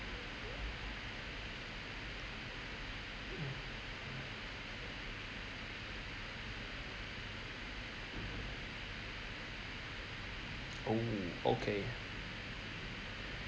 oh okay